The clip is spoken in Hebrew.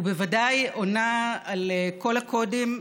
ובוודאי עונה על כל הקודים,